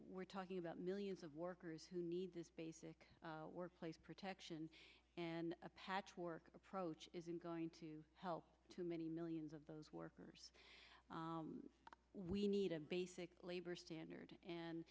we're talking about millions of workers who need basic workplace protection and a patchwork approach isn't going to help too many millions of those workers we need a basic labor standard and